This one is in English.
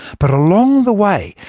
but along the way,